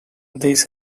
this